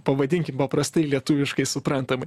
pavadinkim paprastai lietuviškai suprantamai